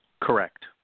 correct